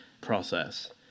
process